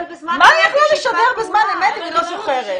מה היא יכולה לשדר בזמן אמת אם היא לא זוכרת?